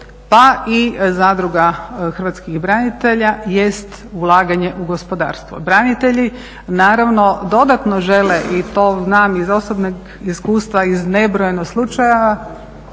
pa i zadruga hrvatskih branitelja jest ulaganje u gospodarstvo. Branitelji naravno dodatno žele i to znam iz osobnog iskustva iz nebrojeno slučajeva